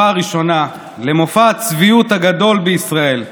הראשונה למופע הצביעות הגדול בישראל,